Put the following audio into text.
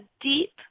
deep